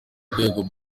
rwego